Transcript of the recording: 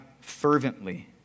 fervently